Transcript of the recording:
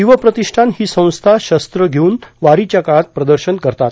शिवप्रतिष्ठान ही संस्था शस्त्रं घेऊन वारीच्या काछात प्रदर्शन करतात